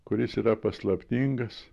kuris yra paslaptingas